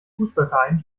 fußballverein